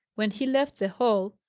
when he left the hall,